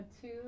two